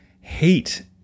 hate